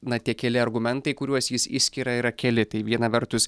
na tie keli argumentai kuriuos jis išskiria yra keli tai viena vertus